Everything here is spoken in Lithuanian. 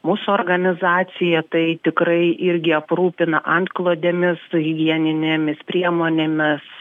mūsų organizacija tai tikrai irgi aprūpina antklodėmis su higieninėmis priemonėmis